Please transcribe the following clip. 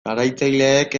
garatzaileek